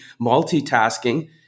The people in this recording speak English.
multitasking